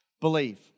believe